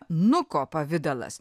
nuko pavidalas